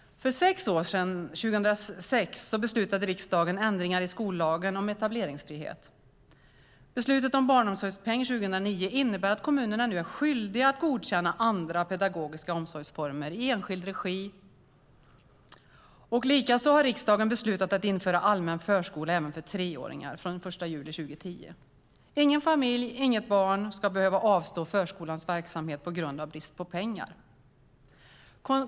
För sex år sedan, 2006, beslutade riksdagen om ändringar i skollagen när det gäller etableringsfrihet. Beslutet om barnomsorgspeng 2009 innebär att kommunerna nu är skyldiga att godkänna andra pedagogiska omsorgsformer i enskild regi. Likaså har riksdagen beslutat att införa allmän förskola även för treåringar från den 1 juli 2010. Ingen familj, inget barn, ska behöva avstå förskolans verksamhet på grund av brist på pengar.